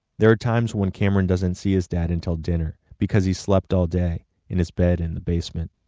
there are times when cameron doesn't see his dad until dinner because he's slept all day in his bed in the basement.